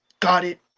got it?